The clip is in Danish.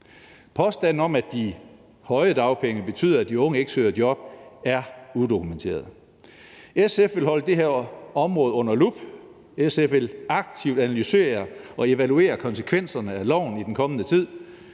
Påstanden om, at de høje dagpenge betyder, at de unge ikke søger et job, er udokumenteret. SF vil holde det her område under lup. SF vil aktivt analysere og evaluere konsekvenserne af loven i den kommende tid.